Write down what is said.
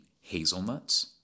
hazelnuts